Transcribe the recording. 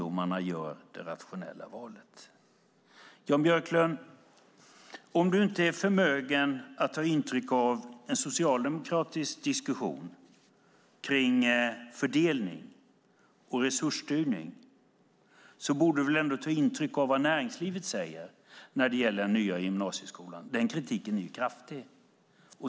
Om du, Jan Björklund, inte är förmögen att ta intryck av en socialdemokratisk diskussion om fördelning och resursstyrning borde du väl ändå ta intryck av vad näringslivet säger när det gäller den nya gymnasieskolan. Den kritiken är kraftig.